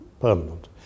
permanent